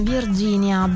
Virginia